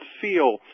feel